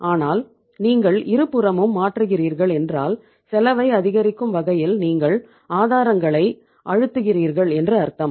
ஆனால் நீங்கள் இருபுறமும் மாற்றுகிறீர்கள் என்றால் செலவை அதிகரிக்கும் வகையில் நீங்கள் ஆதாரங்களை அழுத்துகிறீர்கள் என்று அர்த்தம்